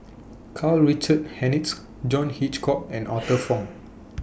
Karl Richard Hanitsch John Hitchcock and Arthur Fong